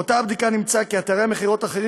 באותה בדיקה נמצא כי אתרי מכירות אחרים